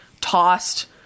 tossed